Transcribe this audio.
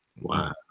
wow